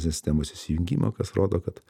sistemos įsijungimą kas rodo kad